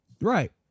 right